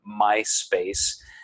MySpace